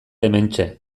hementxe